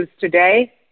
today